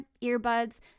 earbuds